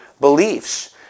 beliefs